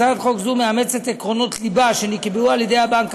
הצעת חוק זו מאמצת עקרונות ליבה שנקבעו על-ידי הבנק